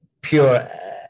pure